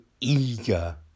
eager